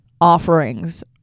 offerings